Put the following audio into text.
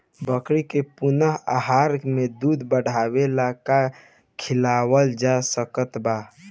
बकरी के पूर्ण आहार में दूध बढ़ावेला का खिआवल जा सकत बा?